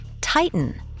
Titan